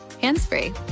hands-free